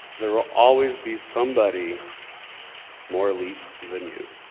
there will always be somebody more elite than you.